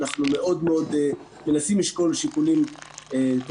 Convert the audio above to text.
אנחנו מאוד מאוד מנסים לשקול שיקולים בריאותיים,